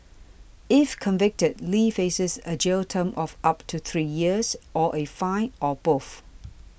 if convicted Lee faces a jail term of up to three years or a fine or both